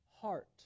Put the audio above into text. heart